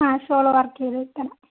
ആ shawl work ചെയ്ത് തരാം